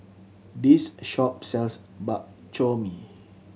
this shop sells Bak Chor Mee